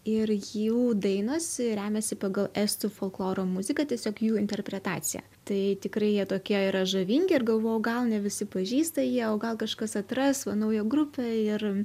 ir jų dainos remiasi pagal estų folkloro muziką tiesiog jų interpretacija tai tikrai jie tokie yra žavingi ir galvojau gal ne visi pažįsta jį o gal kažkas atras va naują grupę ir